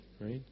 right